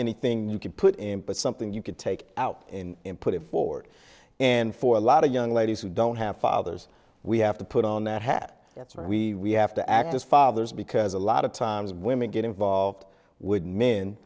anything you can put in but something you can take out in and put it forward and for a lot of young ladies who don't have fathers we have to put on that hat that's why we have to act as fathers because a lot of times women get involved with men